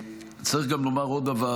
צריך גם לומר עוד דבר.